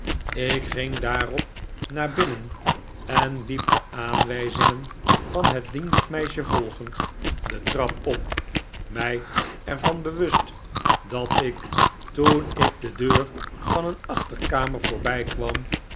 ik ging daarop naar binnen en hep de aanwijzingen van het dienstmeisje volgend de trap op mij er van bewust dat ik toen ik de deur van een achterkamer